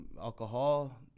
alcohol